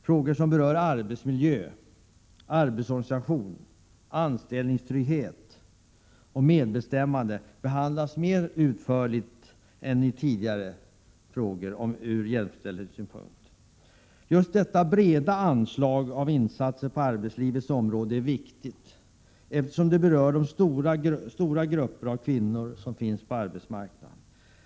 Frågor som berör arbetsmiljö, arbetsorganisation, anställningstrygghet och medbestämmande behandlas mer utförligt än tidigare ur jämställdhetssynpunkt. Just detta breda anslag på insatser på arbetslivets område är viktigt, eftersom det berör den stora gruppen av kvinnor som finns på arbetsmarknaden.